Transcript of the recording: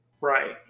Right